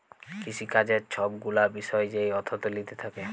কিসিকাজের ছব গুলা বিষয় যেই অথ্থলিতি থ্যাকে